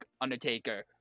Undertaker